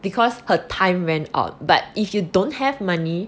because her time ran out but if you don't have money